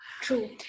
True